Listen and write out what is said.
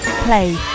Play